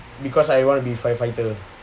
because I wanna be firefighter